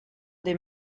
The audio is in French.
des